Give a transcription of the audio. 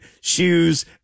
shoes